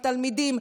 התלמידים,